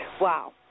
wow